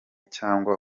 cyangwa